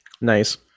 Nice